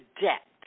debt